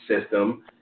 system